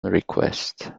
request